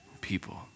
people